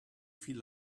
feel